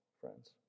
friends